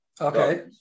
Okay